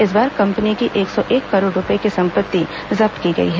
इस बार कंपनी की एक सौ एक करोड़ रूपये की संपत्ति जब्त की गई है